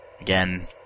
Again